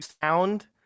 sound